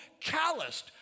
calloused